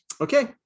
okay